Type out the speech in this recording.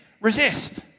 resist